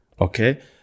okay